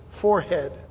forehead